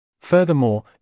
Furthermore